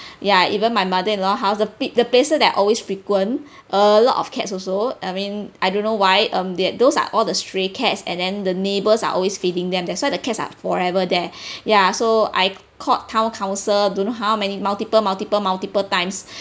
ya even my mother-in-law house the big the places that always frequent a lot of cats also I mean I don't know why um that those are all the stray cats and then the neighbours are always feeding them that's why the cats are forever there ya so I called town council don't know how many multiple multiple multiple times